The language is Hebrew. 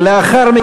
ולאחר מכן,